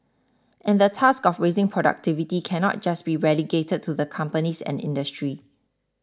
and the task of raising productivity cannot just be relegated to the companies and industry